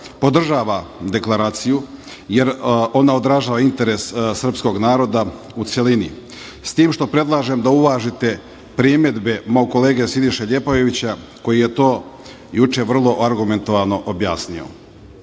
podržava deklaraciju jer ona odražava interes srpskog naroda u celini, s tim što predlažem da uvažite primedbe mog kolege Siniše Ljepojevića, koji je to juče vrlo argumentovano objasnio. Vidimo